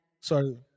Sorry